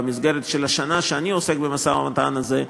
במסגרת השנה שאני עוסק במשא-ומתן הזה,